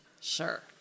Sure